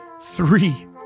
three